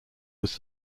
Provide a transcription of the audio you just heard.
was